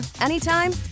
anytime